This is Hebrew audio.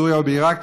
בסוריה ובעיראק,